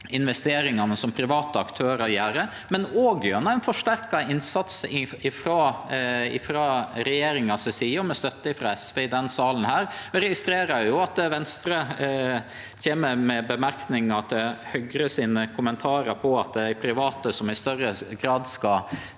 investeringane som private aktørar gjer, men òg gjennom ein forsterka innsats frå regjeringa si side og med støtte frå SV i denne salen. Eg registrerer at Venstre ytrar seg når det gjeld Høgre sine kommentarar på at det er private som i større grad skal